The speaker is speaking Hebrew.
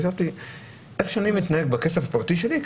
חשבתי איך שאני מתנהג בכסף הפרטי שלי,